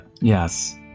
Yes